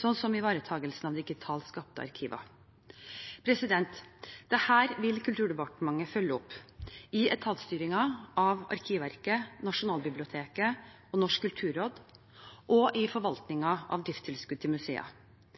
så som ivaretakelsen av digitalt skapte arkiver. Dette vil Kulturdepartementet følge opp i etatsstyringen av Arkivverket, Nasjonalbiblioteket og Norsk kulturråd og i